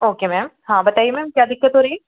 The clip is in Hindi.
ओके मैम हाँ बताइए मैम क्या दिक्कत हो रही है